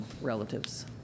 relatives